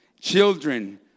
Children